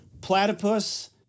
platypus